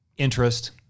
interest